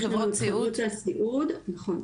חברות הסיעוד, נכון.